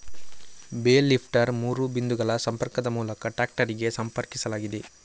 bale lifter ಮೂರು ಬಿಂದುಗಳ ಸಂಪರ್ಕದ ಮೂಲಕ ಟ್ರಾಕ್ಟರಿಗೆ ಸಂಪರ್ಕಿಸಲಾಗಿದೆ